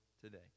today